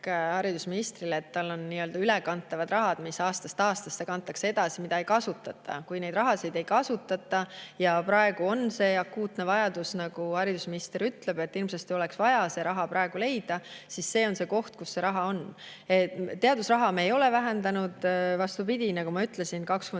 haridusministrile, et tal on nii-öelda ülekantavad rahad, mis aastast aastasse kantakse edasi ja mida ei kasutata. Kui neid rahasid ei kasutata ja on akuutne vajadus, nagu haridusminister ütleb, et hirmsasti oleks vaja see raha praegu leida, siis see on see koht, kus see raha on. Teadusraha me ei ole vähendanud, vastupidi, nagu ma ütlesin, 23